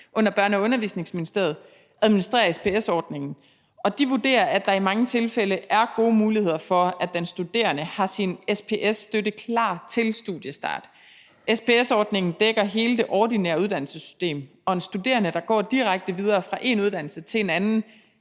under Børne- og Undervisningsministeriet administrerer SPS-ordningen, og de vurderer, at der i mange tilfælde er gode muligheder for, at den studerende har sin SPS-støtte klar til studiestart. SPS-ordningen dækker hele det ordinære uddannelsessystem, og en studerende, der går direkte videre fra en uddannelse til en anden,